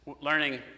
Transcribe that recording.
learning